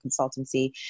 consultancy